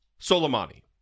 Soleimani